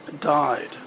died